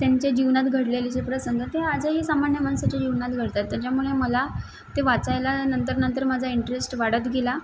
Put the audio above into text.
त्यांच्या जीवनात घडलेले जे प्रसंग ते आजही सामान्य माणसाच्या जीवनात घडतात त्याच्यामुळे मला ते वाचायला नंतर नंतर माझा इंटरेस्ट वाढत गेला